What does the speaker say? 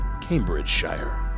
Cambridgeshire